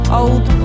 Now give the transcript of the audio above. old